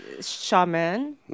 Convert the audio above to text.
Shaman